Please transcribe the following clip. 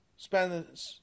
Spend